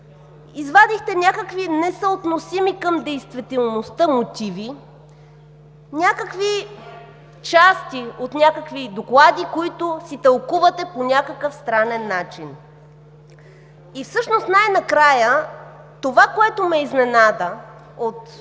Извадихте някакви несъотносими към действителността мотиви, някакви части от някакви доклади, които си тълкувате по някакъв странен начин. И всъщност най-накрая това, което ме изненада от днешните